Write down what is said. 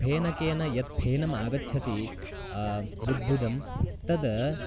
फेनकेन यत् फेनम् आगच्छति बुद्बुदं तद्